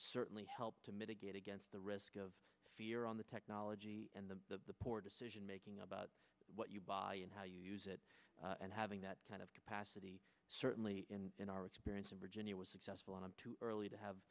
certainly helped to mitigate against the risk of fear on the technology and the poor decision making about what you buy and how you use it and having that kind of capacity certainly in our experience in virginia was successful on too early to have